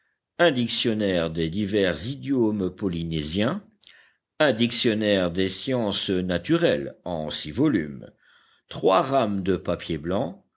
dictionnaire des divers idiomes polynésiens dictionnaire des sciences naturelles en six volumes rames de papier blanc